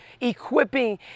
equipping